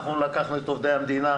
אנחנו לקחנו את עובדי המדינה,